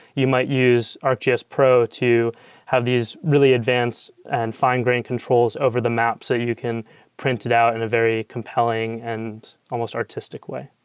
you might use arcgis pro to have these really advanced and fine-grained controls over the map so you can print it out in a very compelling and almost artistic way